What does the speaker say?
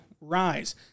rise